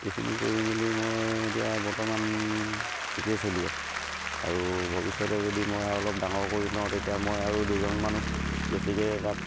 এইখিনি কৰি মেলি মই এতিয়া বৰ্তমান ঠিকেই চলি আছোঁ আৰু ভৱিষ্যতে যদি মই আৰু অলপ ডাঙৰ কৰি লওঁ তেতিয়া মই আৰু দুজনমানুহ বেছিকে তাত